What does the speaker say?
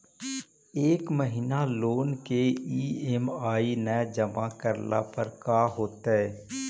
एक महिना लोन के ई.एम.आई न जमा करला पर का होतइ?